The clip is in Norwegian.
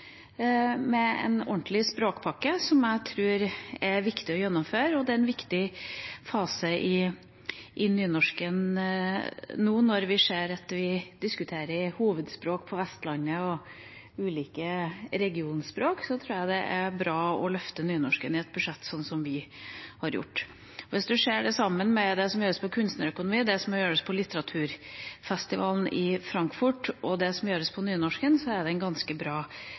med en ordentlig språkpakke, som jeg tror er viktig å gjennomføre. Det er en viktig fase i nynorsken nå. Når vi ser at vi diskuterer hovedspråk på Vestlandet og ulike regionspråk, tror jeg det er bra å løfte nynorsken i et budsjett, sånn som vi har gjort. Hvis man ser det sammen med det som gjøres når det gjelder kunstnerøkonomi, det som gjøres når det gjelder bokmessen i Frankfurt, og det som gjøres når det gjelder nynorsken, har det blitt en ganske bra